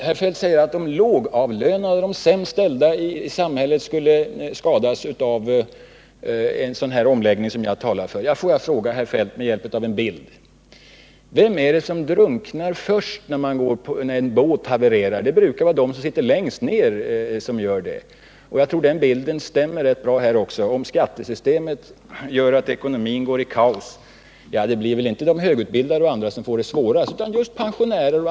Herr Feldt säger att de lågavlönade och de sämst ställda i samhället skulle skadas av en sådan omläggning som jag har talat för. Får jag fråga herr Feldt med hjälp av en bild: Vilka är det som drunknar först när en båt havererar? Det brukar vara de som sitter längst ner. Jag tror att den bilden stämmer rätt 9 bra också här. Om skattesystemet gör att det blir kaos i ekonomin blir det inte de högutbildade eller med dem jämställda som får det svårast utan just pensionärer och liknande grupper.